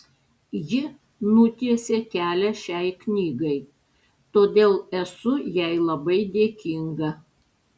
ji nutiesė kelią šiai knygai todėl esu jai labai dėkinga